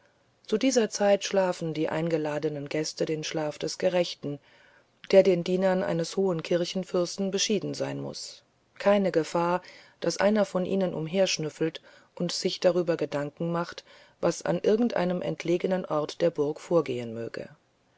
zu dieser zeit schlafen die eingeladenen gäste den schlaf des gerechten der den dienern eines hohen kirckenfürsten beschieden sein muß keine gefahr daß einer von ihnen umherschnüffelt und sich darüber gedanken macht was an irgend einem entlegenen orte der burg vorgehen möge